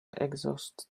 exhaust